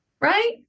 right